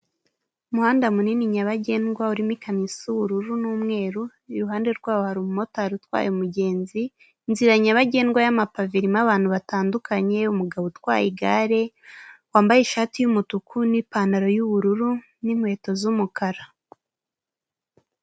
Umuhanda munini nyabagendwa urimo ikamyo isa y'ubururu n'umweru, iruhande rwabo hari umumotari utwaye umugenzi, inzira nyabagendwa y'amapave irimo abantu batandukanye, umugabo utwaye igare wambaye ishati y'umutuku n'ipantaro y'ubururu n'inkweto z'umukara.